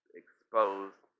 exposed